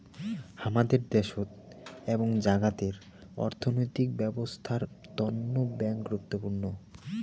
হামাদের দ্যাশোত এবং জাগাতের অর্থনৈতিক ব্যবছস্থার তন্ন ব্যাঙ্ক গুরুত্বপূর্ণ